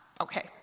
okay